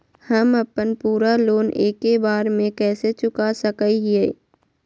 हम अपन पूरा लोन एके बार में कैसे चुका सकई हियई?